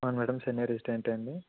అవును మేడం చెన్నై రెసిడెంటే అండి